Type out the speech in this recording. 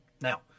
Now